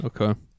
Okay